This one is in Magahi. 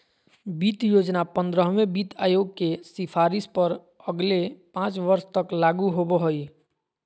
वित्त योजना पंद्रहवें वित्त आयोग के सिफारिश पर अगले पाँच वर्ष तक लागू होबो हइ